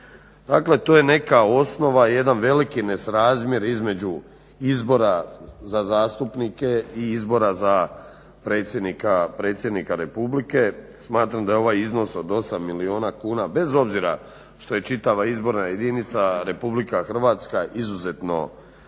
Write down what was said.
Dakle, to je neka osnova i neki veliki ne razmjer između izbora za zastupnike i izbora za predsjednika Republike. Smatram da je ovaj iznos od 8 milijuna kuna bez obzira što je čitava izborna jedinica RH izuzetno visok